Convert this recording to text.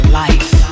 life